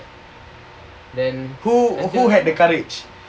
then who who had the courage